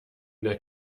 der